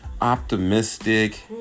optimistic